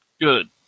Good